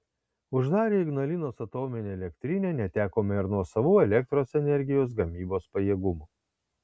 uždarę ignalinos atominę elektrinę netekome ir nuosavų elektros energijos gamybos pajėgumų